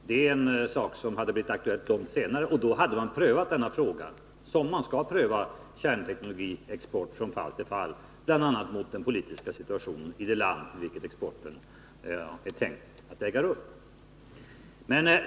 Men den saken hade blivit aktuell långt senare, och då hade man prövat denna fråga så som man skall pröva frågor om kärnteknologi — från fall till fall, mot den politiska situationen i det land till vilket exporten är tänkt att äga rum.